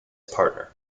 partner